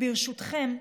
ברשותכם,